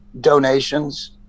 donations